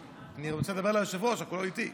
אני רוצה לדבר אל היושב-ראש, אבל הוא לא איתי.